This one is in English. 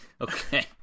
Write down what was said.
Okay